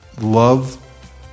love